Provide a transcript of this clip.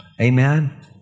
Amen